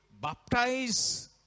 baptize